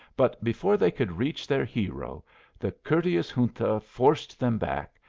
but before they could reach their hero the courteous junta forced them back,